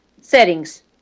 Settings